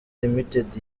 limited